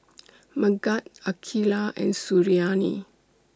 Megat Aqilah and Suriani